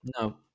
no